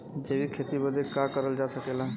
जैविक खेती बदे का का करल जा सकेला?